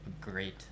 great